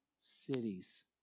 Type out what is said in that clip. cities